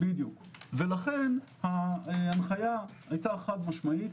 לכן ההנחיה היתה חד-משמעית,